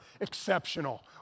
exceptional